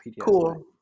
Cool